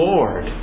Lord